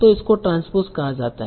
तो इसको ट्रांसपोज़ कहा जाता है